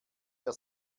der